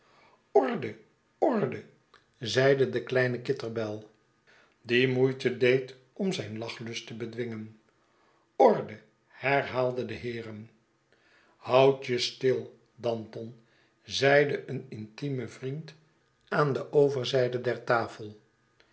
orde orde zeide de kleine kitterbell die moeite deed om zijn lachlust te bedwingen orde herhaalden de heeren houd je s til danton zeide een intime vriend aan de overzijde der tafel